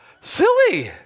Silly